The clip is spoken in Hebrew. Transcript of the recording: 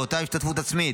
באותה השתתפות עצמית.